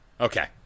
Okay